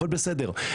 אבל בסדר.